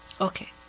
Okay